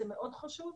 זה מאוד חשוב.